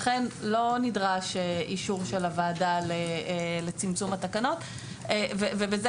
לכן לא נדרש אישור של הוועדה לצמצום התקנות ובזה